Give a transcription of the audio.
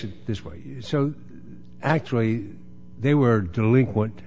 it this way so actually they were delinquent